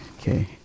Okay